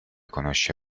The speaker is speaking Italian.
conosce